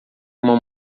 uma